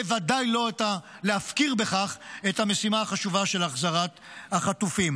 בוודאי לא להפקיר בכך את המשימה החשובה של החזרת החטופים.